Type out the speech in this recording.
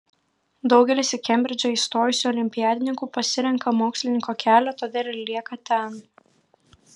daugelis į kembridžą įstojusių olimpiadininkų pasirenka mokslininko kelią todėl ir lieka ten